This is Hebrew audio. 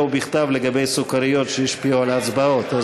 או בכתב לגבי סוכריות שהשפיעו על ההצבעות.